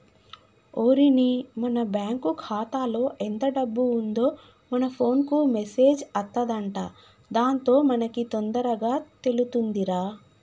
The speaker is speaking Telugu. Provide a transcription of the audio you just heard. ఓరిని మన బ్యాంకు ఖాతాలో ఎంత డబ్బు ఉందో మన ఫోన్ కు మెసేజ్ అత్తదంట దాంతో మనకి తొందరగా తెలుతుందిరా